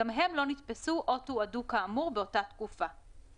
גם הם לא נתפסו או תועדו כאמור באותה תקופה,